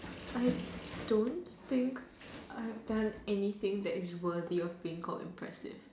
I don't think I've done anything that is worthy of being called impressive